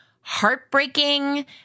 heartbreaking